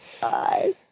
Bye